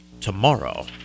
tomorrow